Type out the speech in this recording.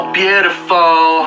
beautiful